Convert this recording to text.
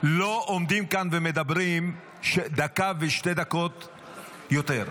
לא עומדים כאן ומדברים דקה ושתי דקות יותר.